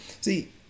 See